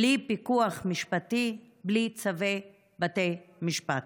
בלי פיקוח משפטי, בלי צווי בתי משפט.